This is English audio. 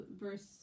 verse